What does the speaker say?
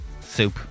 Soup